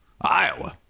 Iowa